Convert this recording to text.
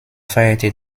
feierte